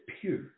pure